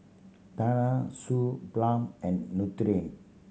Tena Suu Balm and Nutren